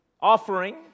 offering